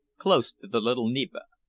close to the little neva.